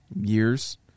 years